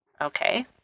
Okay